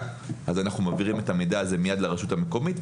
ואנחנו מעבירים את המידע הזה לרשות המקומית,